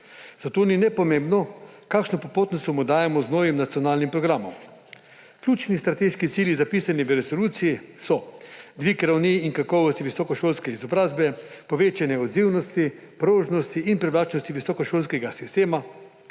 zato ni nepomembno, kakšno popotnico mu dajemo z novim nacionalnim programom. Ključni strateški cilji, zapisani v resoluciji, so: dvig ravni in kakovosti visokošolske izobrazbe, povečanje odzivnost, prožnosti in privlačnosti visokošolskega sistema,